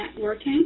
networking